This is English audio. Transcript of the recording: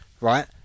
right